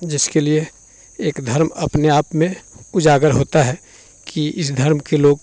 जिसके लिए एक धर्म अपने आप में उजागर होता है कि इस धर्म के लोग